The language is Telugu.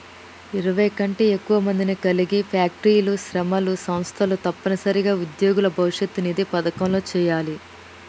ఇరవై కంటే ఎక్కువ మందిని కలిగి ఫ్యాక్టరీలు పరిశ్రమలు సంస్థలు తప్పనిసరిగా ఉద్యోగుల భవిష్యత్ నిధి పథకంలో చేయాలి